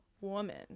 woman